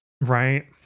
Right